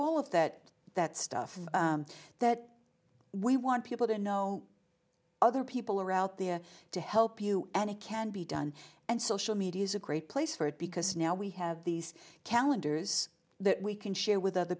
all of that that stuff that we want people to know other people are out there to help you and it can be done and social media is a great place for it because now we have these calendars that we can share with other